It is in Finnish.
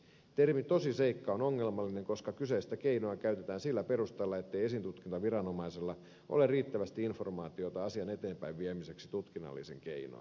termi tosiseikka on ongelmallinen koska kyseistä keinoa käytetään sillä perusteella ettei esitutkintaviranomaisella ole riittävästi informaatiota asian eteenpäinviemiseksi tutkinnallisin keinoin